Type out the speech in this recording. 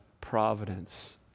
providence